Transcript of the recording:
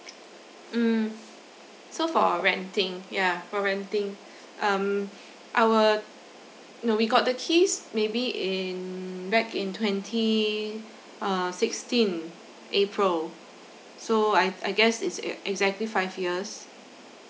mm so for renting yeah for renting um our no we got the keys maybe in back in twenty uh sixteen april so I've I guess is ex~ exactly five years